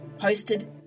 hosted